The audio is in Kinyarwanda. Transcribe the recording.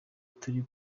turi